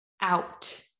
out